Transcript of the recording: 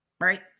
right